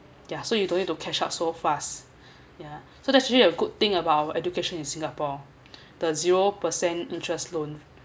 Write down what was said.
yeah so you don't need to cash out so fast yeah so that's really a good thing about education in singapore the zero percent interest loan